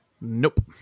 Nope